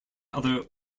other